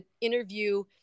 interview